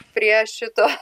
prie šito